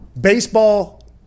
baseball